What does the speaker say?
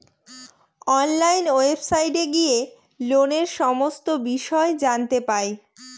online ওয়েবসাইটে গিয়ে লোনের সমস্ত বিষয় জানতে পাই